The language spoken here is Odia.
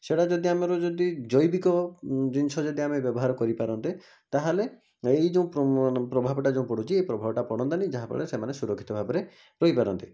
ସେଇଟା ଯଦି ଆମର ଯଦି ଜୈବିକ ଜିନିଷ ଯଦି ଆମେ ବ୍ୟବହାର କରିପାରନ୍ତେ ତା'ହାଲେ ଏହି ଯେଉଁ ପ୍ରଭାବଟା ପଡ଼ୁଛି ଏହି ପ୍ରଭାବଟା ପଡ଼ନ୍ତାନି ଯାହାଫଳରେ ସେମାନେ ସେମାନେ ସୁରକ୍ଷିତ ଭାବରେ ରହିପାରନ୍ତେ